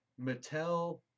Mattel